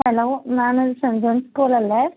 hello ma'am ഇത് saint John school അല്ലേ